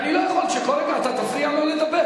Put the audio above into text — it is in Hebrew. כי אני לא יכול שכל הזמן אתה תפריע לו לדבר.